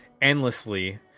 Endlessly